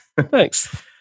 Thanks